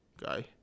guy